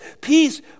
peace